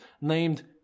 named